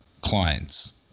clients